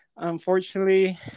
unfortunately